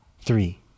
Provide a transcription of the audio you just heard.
Three